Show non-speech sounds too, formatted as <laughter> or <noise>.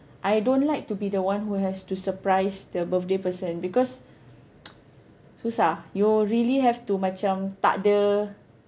I don't like to be the one who has to surprise the birthday person because <noise> susah you really have to macam tak de